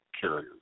carriers